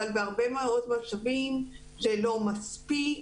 אבל בהרבה מאוד מצבים זה לא מספיק